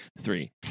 three